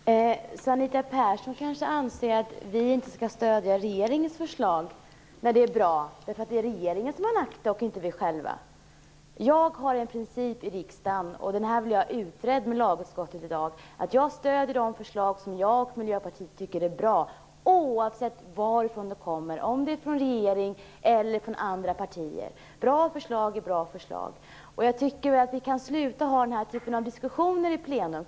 Herr talman! Anita Persson anser kanske att vi inte skall stödja bra förslag bara därför att de lagts fram av regeringen, inte av oss själva. Jag vill ha detta klarlagt. Jag följer i riksdagen principen att stödja förslag som jag och Miljöpartiet tycker är bra, oavsett varifrån de kommer - från regeringspartiet eller från andra partier. Bra förslag är bra förslag. Jag tycker att vi kan upphöra med den här typen av diskussioner vid plenum.